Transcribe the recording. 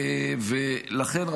ולכן,